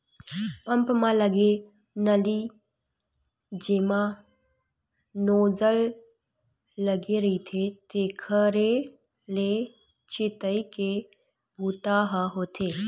pump म लगे नली जेमा नोजल लगे रहिथे तेखरे ले छितई के बूता ह होथे